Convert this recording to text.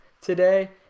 today